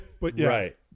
Right